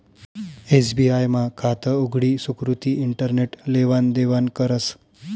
SBI मा खातं उघडी सुकृती इंटरनेट लेवान देवानं करस